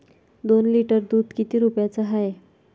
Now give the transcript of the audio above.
दोन लिटर दुध किती रुप्याचं हाये?